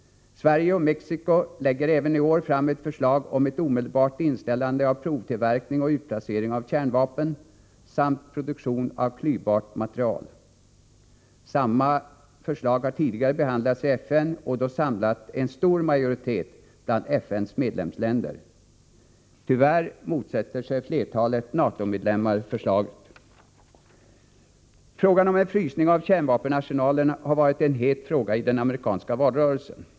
Sverige och Mexico lägger även i år fram ett förslag om ett omedelbart inställande av provtillverkning och utplacering av kärnvapen samt av produktion av klyvbart material. Samma förslag har tidigare behandlats i FN och då samlat en stor majoritet bland FN:s medlemsländer. Tyvärr motsätter sig flertalet NATO-medlemmar förslaget. Förslaget om en frysning av kärnvapenarsenalerna har varit en het fråga i den amerikanska valrörelsen.